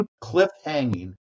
cliff-hanging